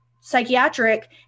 psychiatric